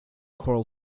coral